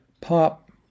Pop